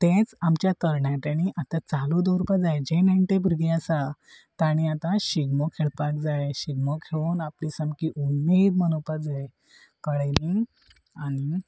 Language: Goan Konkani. तेंच आमच्या तरणाट्यानी आतां चालू दवरपा जाय जें नेणटे भुरगे आसा ताणी आतां शिगमो खेळपाक जाय शिगमो खेळून आपली सामकी उमेद मनोवपाक जाय कळ्ळें न्ही आनी